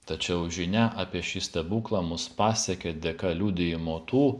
tačiau žinia apie šį stebuklą mus pasiekė dėka liudijimo tų